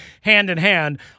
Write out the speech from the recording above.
hand-in-hand